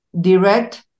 direct